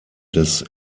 des